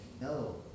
no